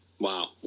Wow